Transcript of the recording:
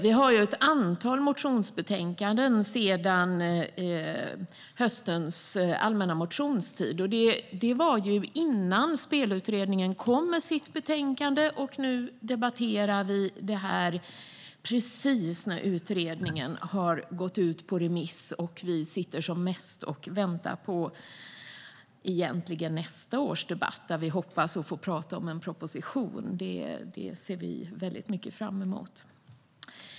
Vi har haft ett antal motionsbetänkanden sedan höstens allmänna motionstid. Det var innan Spelutredningen kom med sitt betänkande. Nu debatterar vi precis när utredningen har gått ut på remiss och vi egentligen som mest sitter och väntar på nästa års debatt, där vi hoppas att vi får tala om en proposition. Det ser vi väldigt mycket fram emot.